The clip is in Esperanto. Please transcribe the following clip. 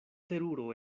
teruro